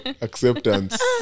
acceptance